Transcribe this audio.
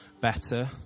better